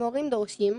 המורים דורשים,